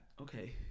okay